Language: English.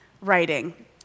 writing